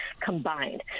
combined